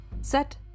Set